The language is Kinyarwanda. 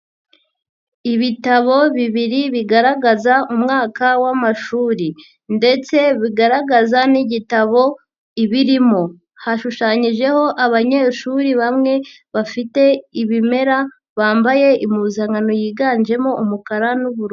Ibitabo bibiri bigaragaza umwaka w'amashuri ndetse bigaragaza n'igitabo ibirimo, hashushanyijeho abanyeshuri bamwe bafite ibimera bambaye impuzankano yiganjemo umukara n'ubururu.